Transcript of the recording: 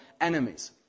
enemies